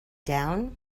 down